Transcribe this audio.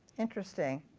interesting.